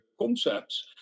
concepts